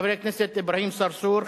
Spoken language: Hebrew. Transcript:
חבר הכנסת אברהים צרצור,